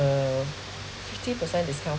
uh fifty percent discount